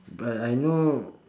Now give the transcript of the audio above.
but I know